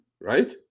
right